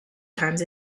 times